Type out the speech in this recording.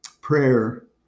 prayer